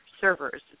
servers